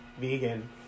vegan